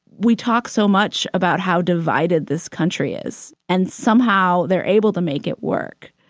we talk so much about how divided this country is. and somehow, they're able to make it work.